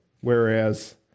whereas